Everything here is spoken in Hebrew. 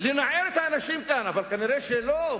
לנער את האנשים כאן, אבל נראה שלא.